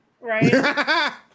Right